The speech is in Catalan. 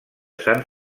sant